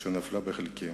שנפלה בחלקי